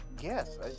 Yes